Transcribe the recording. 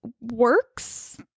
works